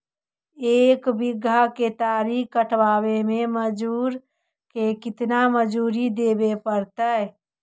एक बिघा केतारी कटबाबे में मजुर के केतना मजुरि देबे पड़तै?